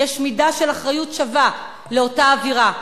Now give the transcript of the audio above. יש מידה של אחריות שווה לאותה אווירה.